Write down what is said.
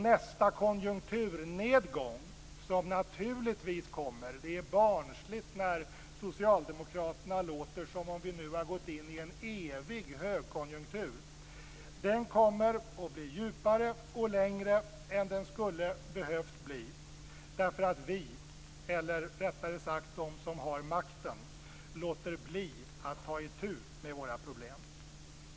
Nästa konjunkturnedgång, som naturligtvis kommer - det är barnsligt när Socialdemokraterna låter som om vi nu har gått in i en evig högkonjunktur - blir djupare och längre än den skulle behövt bli, därför att vi, eller rättare sagt de som har makten, låter bli att ta itu med våra problem.